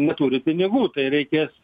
neturi pinigų tai reikės